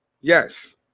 Yes